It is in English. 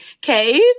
caves